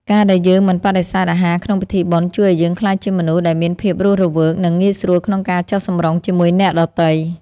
ការដែលយើងមិនបដិសេធអាហារក្នុងពិធីបុណ្យ ជួយឱ្យយើងក្លាយជាមនុស្សដែលមានភាពរស់រវើក និងងាយស្រួលក្នុងការចុះសម្រុងជាមួយអ្នកដទៃ។